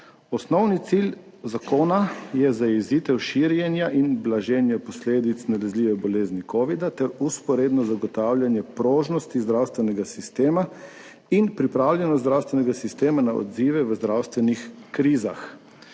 Osnovni cilj zakona je zajezitev širjenja in blaženja posledic nalezljive bolezni covida ter vzporedno zagotavljanje prožnosti zdravstvenega sistema in pripravljenost zdravstvenega sistema na odzive v zdravstvenih krizah.